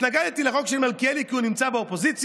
התנגדתי לחוק של מלכיאלי כי הוא נמצא באופוזיציה?